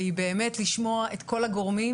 באמת לשמוע את כל הגורמים,